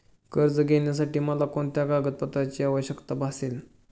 कर्ज घेण्यासाठी मला कोणत्या कागदपत्रांची आवश्यकता भासेल?